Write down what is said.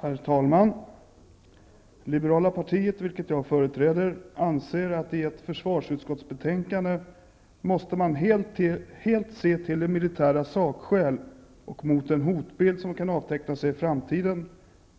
Herr talman! Liberala partiet, vilket jag företräder, anser att man i ett betänkande från försvarsutskottet helt måste se till militära sakskäl och den hotbild som kan avtecknas i framtiden